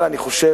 אבל אני חושב,